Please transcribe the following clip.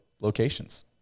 locations